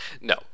No